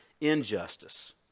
injustice